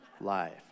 life